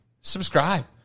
subscribe